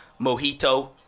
mojito